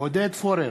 עודד פורר,